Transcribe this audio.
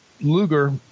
Luger